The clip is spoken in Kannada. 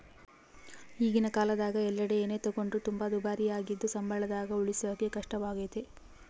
ಈಗಿನ ಕಾಲದಗ ಎಲ್ಲೆಡೆ ಏನೇ ತಗೊಂಡ್ರು ತುಂಬಾ ದುಬಾರಿಯಾಗಿದ್ದು ಸಂಬಳದಾಗ ಉಳಿಸಕೇ ಕಷ್ಟವಾಗೈತೆ